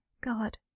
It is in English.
God